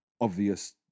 obvious